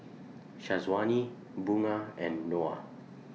Syazwani Bunga and Noah